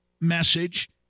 message